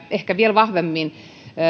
ehkä vielä vahvemmin